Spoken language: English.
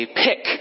pick